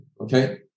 okay